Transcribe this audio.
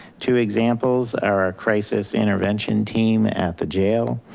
two examples are our crisis intervention team at the jail,